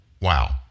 Wow